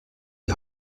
die